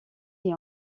est